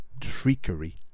trickery